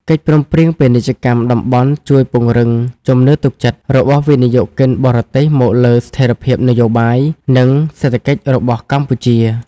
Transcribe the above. កិច្ចព្រមព្រៀងពាណិជ្ជកម្មតំបន់ជួយពង្រឹងជំនឿទុកចិត្តរបស់វិនិយោគិនបរទេសមកលើស្ថិរភាពនយោបាយ និងសេដ្ឋកិច្ចរបស់កម្ពុជា។